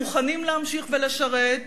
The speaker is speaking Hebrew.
הם מוכנים להמשיך ולשרת.